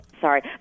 Sorry